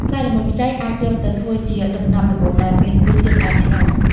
ផ្លែល្មុតខ្ចីអាចយកទៅធ្វើជា ដំណាប់ល្មុត ដែលមានរសជាតិផ្អែមឆ្ងាញ់។